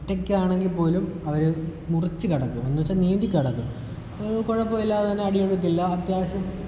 ഒറ്റക്കാണെങ്കിൽ പോലും അവർ മുറിച്ച് കടക്കും എന്ന് വച്ചാൽ നീന്തി കടക്കും അത് കുഴപ്പമില്ലാതെ തന്നെ അടിയൊഴുക്കില്ലാ അത്യാവശ്യം